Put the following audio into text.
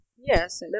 yes